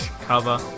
cover